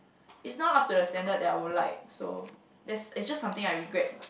it's not up to the standard that I would like so it's it's just something I regret